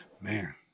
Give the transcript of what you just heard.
Man